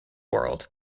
world